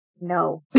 no